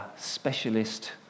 specialist